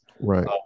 Right